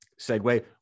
segue